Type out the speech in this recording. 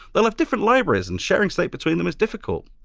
they'll have different libraries, and sharing state between them is difficult.